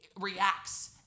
reacts